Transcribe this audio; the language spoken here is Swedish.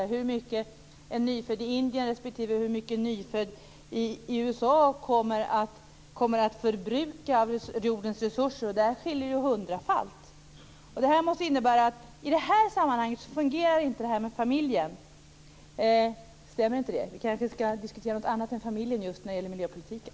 Där framgår hur mycket en nyfödd i Indien respektive en nyfödd i USA kommer att förbruka av jordens resurser. Där skiljer hundrafalt. Det måste innebära att i det här sammanhanget fungerar inte resonemanget om familjen. Stämmer inte det? Vi kanske skall diskutera något annat än familjen när det gäller just miljöpolitiken.